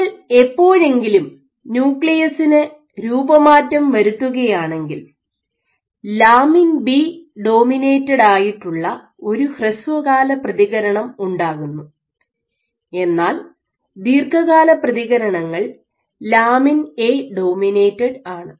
നിങ്ങൾ എപ്പോഴെങ്കിലും ന്യൂക്ലിയസിന് രൂപമാറ്റം വരുത്തുകയാണെങ്കിൽ ലാമിൻ ബി ഡോമിനേറ്റഡ് ആയിട്ടുള്ള ഒരു ഹ്രസ്വകാല പ്രതികരണം ഉണ്ടാകുന്നു എന്നാൽ ദീർഘകാല പ്രതികരണങ്ങൾ ലാമിൻ എ ഡോമിനേറ്റഡ് ആണ്